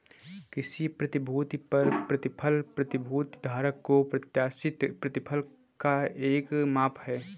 किसी प्रतिभूति पर प्रतिफल प्रतिभूति धारक को प्रत्याशित प्रतिफल का एक माप है